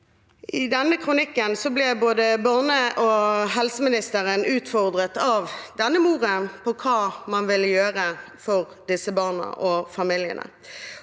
I denne kronikken ble både barne- og familieministeren og helseministeren utfordret av denne moren på hva man ville gjøre for disse barna og familiene